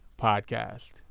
podcast